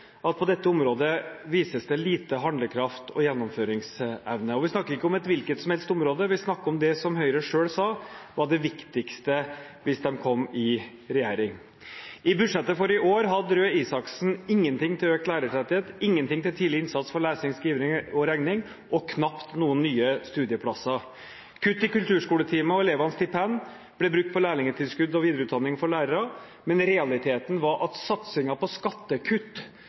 at på dette området vises det lite handlekraft og gjennomføringsevne. Vi snakker ikke om et hvilket som helst område, vi snakker om det som Høyre selv sa var det viktigste hvis de kom i regjering. I budsjettet for i år hadde Røe Isaksen ingenting til økt lærertetthet, ingenting til tidlig innsats for lesing, skriving og regning og knapt noen nye studieplasser. Kutt i kulturskoletimer og elevenes stipend ble brukt på lærlingtilskudd og videreutdanning for lærere. Realiteten var at satsingen på skattekutt